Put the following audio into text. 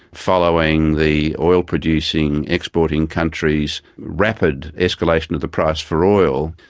following the oil producing exporting countries' rapid escalation of the price for oil,